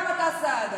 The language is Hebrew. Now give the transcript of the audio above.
גם אתה, סעדה.